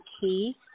key